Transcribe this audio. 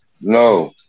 no